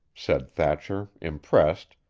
said thatcher, impressed,